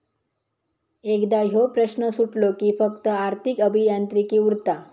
एकदा ह्यो प्रश्न सुटलो कि फक्त आर्थिक अभियांत्रिकी उरता